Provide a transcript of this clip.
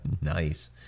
nice